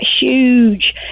huge